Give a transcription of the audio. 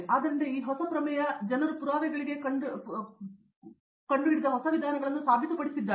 ಆದ್ದರಿಂದ ಈ ಹೊಸ ಪ್ರಮೇಯ ಜನರು ಪುರಾವೆಗಳಿಗೆ ಕಂಡುಹಿಡಿದ ಹೊಸ ವಿಧಾನಗಳನ್ನು ಸಾಬೀತುಪಡಿಸಿದ್ದಾರೆ